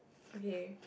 okay